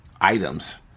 items